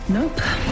Nope